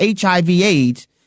HIV-AIDS